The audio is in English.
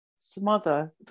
smother